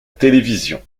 télévision